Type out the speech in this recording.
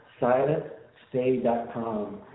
silentstay.com